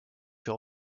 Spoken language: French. sur